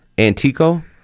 Antico